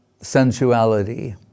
Sensuality